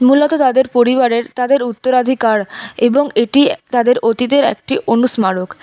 মূলত তাদের পরিবারের তাদের উত্তরাধিকার এবং এটি তাদের অতীতের একটি অনুস্মারক